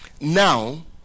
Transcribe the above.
Now